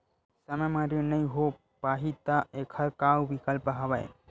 समय म ऋण नइ हो पाहि त एखर का विकल्प हवय?